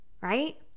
right